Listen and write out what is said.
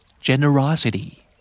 Generosity